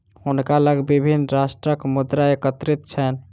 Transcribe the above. हुनका लग विभिन्न राष्ट्रक मुद्रा एकत्रित छैन